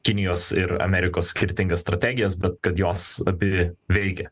kinijos ir amerikos skirtingas strategijas bet kad jos abi veikia